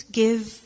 give